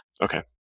Okay